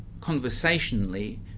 conversationally